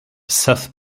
seth